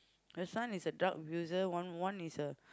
your son is a drug abuser one one is a